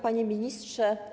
Panie Ministrze!